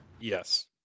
Yes